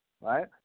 Right